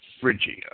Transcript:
Phrygia